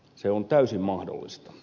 se on täysin mahdollista